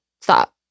stop